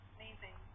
Amazing